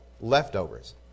leftovers